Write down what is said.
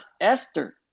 Esther